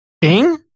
Bing